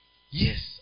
Yes